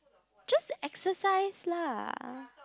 just exercise lah